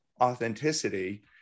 authenticity